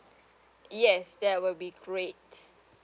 yes that will be great